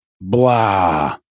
Blah